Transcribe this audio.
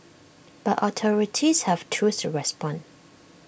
but authorities have tools to respond